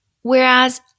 Whereas